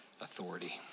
authority